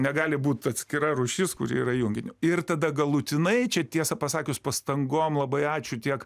negali būt atskira rūšis kuri yra junginiu ir tada galutinai čia tiesą pasakius pastangom labai ačiū tiek